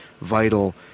vital